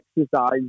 exercise